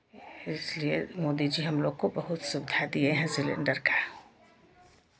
इसलिए मोदी जी हमलोग को बहुत सुवधा दिए हैं सिलेण्डर का